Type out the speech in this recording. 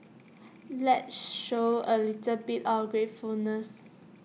let's show A little bit of gratefulness